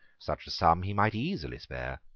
such a sum he might easily spare.